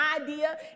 idea